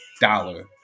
dollar